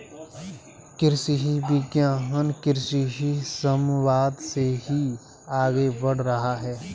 कृषि विज्ञान कृषि समवाद से ही आगे बढ़ रहा है